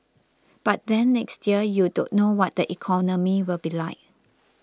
but then next year you don't know what the economy will be like